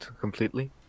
completely